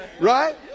Right